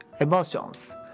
emotions